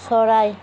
চৰাই